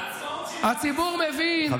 השרה